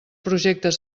projectes